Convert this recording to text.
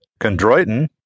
chondroitin